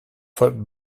foot